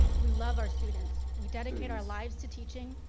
we love our students. we dedicate our lives to teaching.